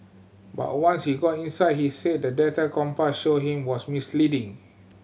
but once he got inside he said the data Compass showed him was misleading